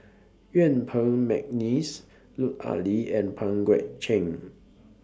Yuen Peng Mcneice Lut Ali and Pang Guek Cheng